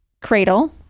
cradle